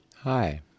Hi